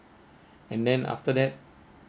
and then after that